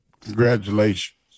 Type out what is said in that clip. Congratulations